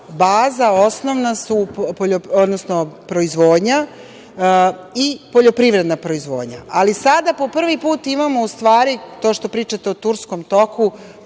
bazi, osnovna baza su proizvodnja i poljoprivredna proizvodnja. Ali sada po prvi put imamo u stvari, to što pričate o Turskom toku,